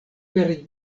per